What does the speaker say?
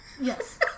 Yes